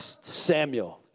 Samuel